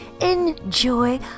Enjoy